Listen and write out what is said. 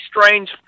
strange